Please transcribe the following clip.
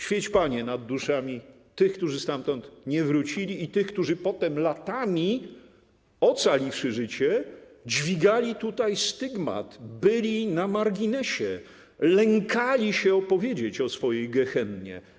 Świeć, Panie, nad duszami tych, którzy stamtąd nie wrócili, i tych, którzy potem latami, ocaliwszy życie, dźwigali tutaj stygmat, byli na marginesie, lękali się opowiedzieć o swojej gehennie.